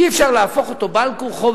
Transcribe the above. אי-אפשר במצב כזה להפוך אותו בעל כורחו,